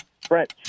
French